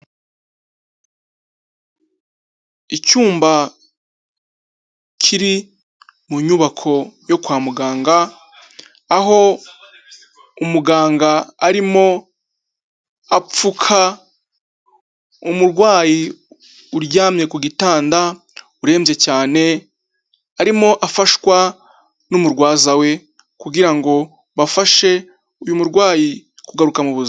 Icyumba kiri mu nyubako yo kwa muganga, aho umuganga arimo apfuka umurwayi uryamye ku gitanda urembye cyane, arimo afashwa n'umurwaza we kugira ngo bafashe uyu murwayi kugaruka muzima.